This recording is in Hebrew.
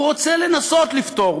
הוא רוצה לנסות לפתור.